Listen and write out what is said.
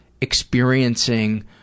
experiencing